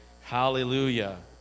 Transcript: hallelujah